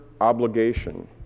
obligation